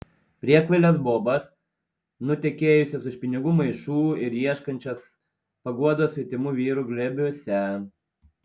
priekvailes bobas nutekėjusias už pinigų maišų ir ieškančias paguodos svetimų vyrų glėbiuose